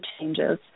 changes